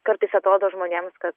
kartais atrodo žmonėms kad